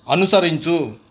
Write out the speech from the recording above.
అనుసరించు